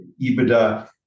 EBITDA